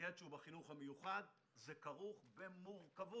ילד שהוא בחינוך המיוחד זה כרוך במורכבות